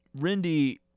Rindy